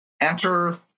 enter